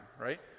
right